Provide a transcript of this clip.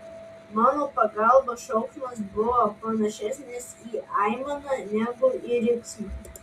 mano pagalbos šauksmas buvo panašesnis į aimaną negu į riksmą